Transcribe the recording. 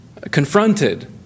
confronted